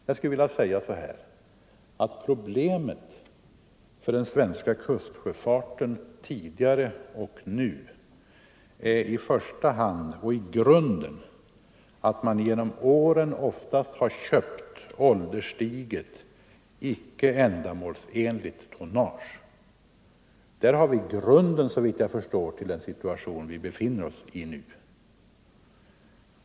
Jag skulle vilja säga att problemet för den svenska kustsjöfarten såväl tidigare som nu i första hand och i grunden är att man genom åren ofta har köpt ålderstiget och icke ändamålsenligt tonnage. Där har vi såvitt jag förstår grunden till den situation vilken vi befinner oss i.